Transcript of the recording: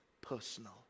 personal